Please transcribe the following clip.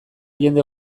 jende